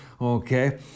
Okay